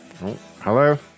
Hello